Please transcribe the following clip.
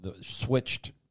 switched